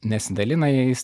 nesidalina jais